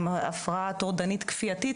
עם הפרעה טורדנית כפייתית,